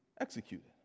executed